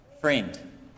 friend